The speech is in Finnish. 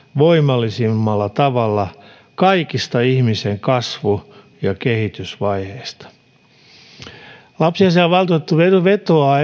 voimallisimmalla tavalla kaikista ihmisen kasvu ja kehitysvaiheista lapsiasiainvaltuutettu vetoaa